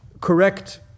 correct